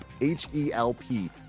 H-E-L-P